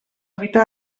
evita